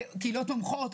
בקהילות תומכות,